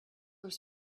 were